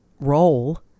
role